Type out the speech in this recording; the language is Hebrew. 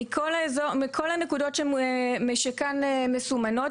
מכל הנקודות שכאן מסומנות,